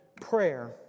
prayer